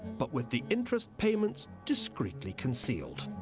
but with the interest payments discreetly concealed.